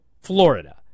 Florida